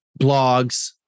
blogs